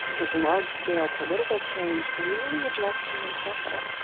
does large-scale political change really address human suffering?